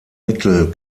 mittel